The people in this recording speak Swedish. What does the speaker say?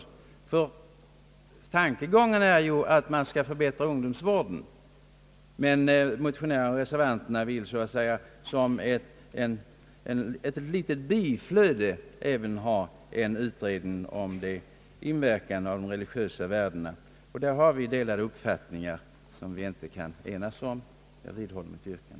Tankegångarna är ju över lag att ungdomsvården skall förbättras, men motionärerna och reservanterna vill så att säga som ett litet biflöde även ha en utredning om inverkan av de: religiösa värdena. Därvidlag har vi delade meningar, som vi inte kan enas om, Jag vidhåller mitt yrkande;